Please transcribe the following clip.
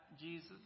Jesus